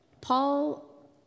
Paul